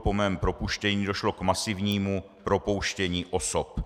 Po mém propuštění došlo k masivnímu propouštění osob.